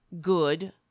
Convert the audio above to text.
good